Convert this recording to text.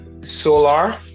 solar